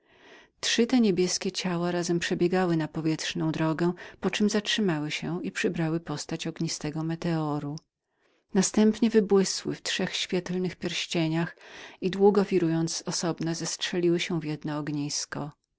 trzy te niebieskie ciała razem przebiegały powietrzną drogę poczem zatrzymały się i przybrały postać ognistego meteoru następnie wybłysły w trzech świetlnych pierścieniach i długo wirując z osobna zestrzeliły się w jedno ognisko